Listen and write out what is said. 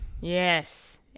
Yes